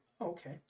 Okay